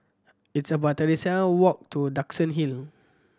it's about thirty seven walk to Duxton Hill